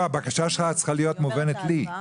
הבקשה שלך צריכה להיות מובנת לי.